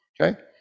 okay